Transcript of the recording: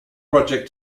project